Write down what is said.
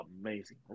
amazing